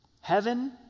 Heaven